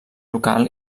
local